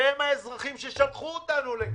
שהם האזרחים ששלחו אותנו לכאן.